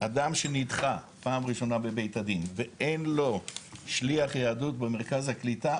אדם שנדחה פעם ראשונה בבית הדין ואין לו שליח יהדות במרכז הקליטה,